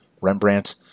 Rembrandt